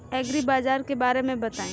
एग्रीबाजार के बारे में बताई?